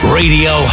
radio